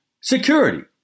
security